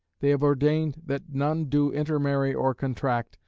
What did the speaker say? they have ordained that none do intermarry or contract,